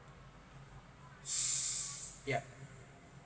yeah